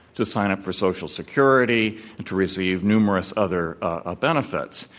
to sign up for social security, and to receive numerous other ah benefits.